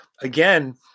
again